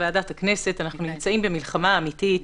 נמצאים במלחמה אמיתית.